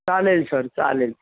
चालेल सर चालेल